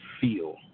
feel